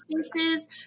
spaces